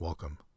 Welcome